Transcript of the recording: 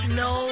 no